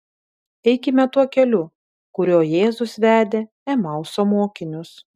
eikime tuo keliu kuriuo jėzus vedė emauso mokinius